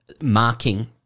marking